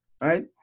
right